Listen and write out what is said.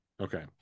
okay